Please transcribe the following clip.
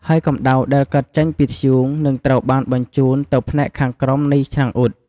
ហើយកម្ដៅដែលកើតចេញពីធ្យូងនឹងត្រូវបានបញ្ជូនទៅផ្នែកខាងក្រោមនៃឆ្នាំងអ៊ុត។